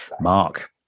Mark